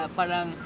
parang